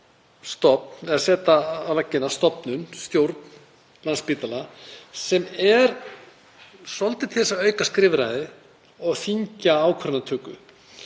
stofnun, stjórn Landspítala, sem verður til þess að auka skrifræði og þyngja ákvarðanatöku.